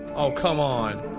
oh, come on!